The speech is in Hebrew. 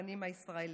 מהצרכנים הישראלים.